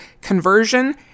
conversion